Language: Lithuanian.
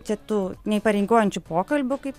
čia tu neįpareigojančių pokalbių kaip